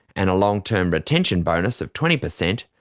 and a long-term retention bonus of twenty percent,